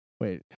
Wait